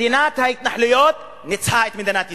מדינת ההתנחלויות ניצחה את מדינת ישראל.